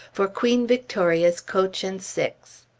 for queen victoria's coach and six.